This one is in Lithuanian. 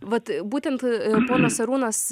vat būtent ponas arūnas